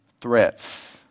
threats